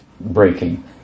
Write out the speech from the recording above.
breaking